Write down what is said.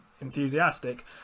enthusiastic